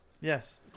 Yes